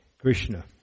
Krishna